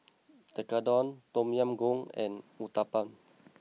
Tekkadon Tom Yam Goong and Uthapam